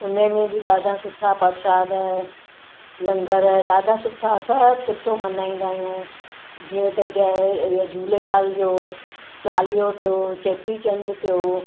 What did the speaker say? उन में बि ॾाढा सुठा प्रशाद लंगरु ॾाढा सुठा सभु सुठो मल्हाईंदा आहियूं जीअं त जय झूलेलाल जो चालीहो थियो चेटी चंड थियो